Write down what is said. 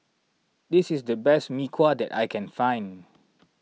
this is the best Mee Kuah that I can find